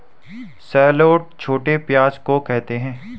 shallot छोटे प्याज़ को कहते है